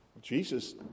Jesus